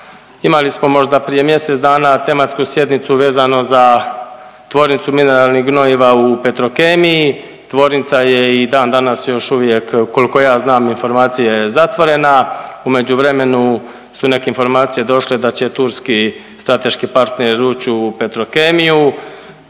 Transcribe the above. imali smo možda prije mjesec dana tematsku sjednicu vezano za Tvornicu mineralnih gnojiva u Petrokemiji, tvornica je i dan danas još uvijek koliko ja znam informacije zatvorena, u međuvremenu su neke informacije došle da će turski strateški partner ući u Petrokemiju.